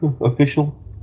official